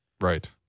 Right